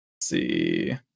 See